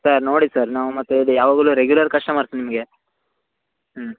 sir ನೋಡಿ sir ನಾವು ಮತ್ತೆ ಇದೇ ಯಾವಾಗಲೂ ರೆಗ್ಯುಲರ್ ಕಸ್ಟಮರ್ಸ್ ನಿಮಗೆ ಹ್ಞೂ